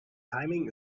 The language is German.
timing